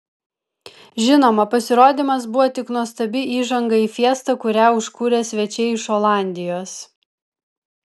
žinoma pasirodymas buvo tik nuostabi įžanga į fiestą kurią užkūrė svečiai iš olandijos